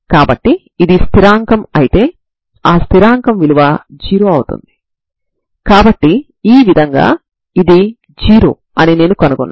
కాబట్టి మీకు ఎలాంటి లేదా ఏ రకానికి చెందిన సమస్యలు ఉండవచ్చో నేను నిర్ణయిస్తాను